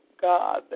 God